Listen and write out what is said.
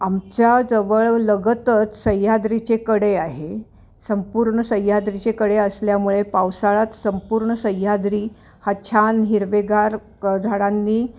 आमच्या जवळ लगतच सह्याद्रीचे कडे आहे संपूर्ण सह्याद्रीचे कडे असल्यामुळे पावसाळ्यात संपूर्ण सह्याद्री हा छान हिरवेगार क झाडांनी